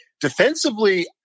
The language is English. Defensively